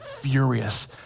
furious